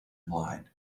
ymlaen